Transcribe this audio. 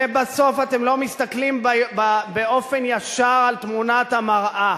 ובסוף, אתם לא מסתכלים באופן ישר על תמונת המראה.